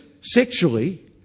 sexually